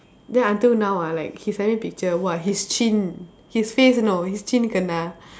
then until now ah like he send me picture !wah! his chin his face you know his chin kena